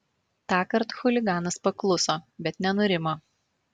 tąkart chuliganas pakluso bet nenurimo